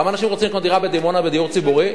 כמה אנשים רוצים לקנות דירה בדימונה בדיור ציבורי?